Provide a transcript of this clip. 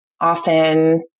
often